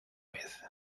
vez